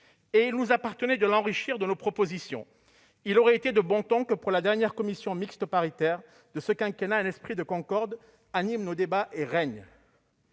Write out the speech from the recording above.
Il nous appartenait de l'enrichir de nos propositions. Il aurait été de bon ton que, pour la dernière commission mixte paritaire de ce quinquennat, un esprit de concorde anime nos débats et règne